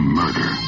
murder